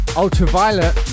ultraviolet